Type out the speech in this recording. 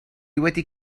wedi